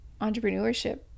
entrepreneurship